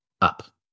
up